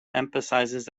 emphasizes